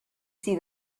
see